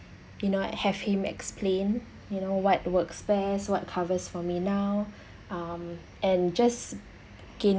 you know have him explain you know what works best what covers for me now um and just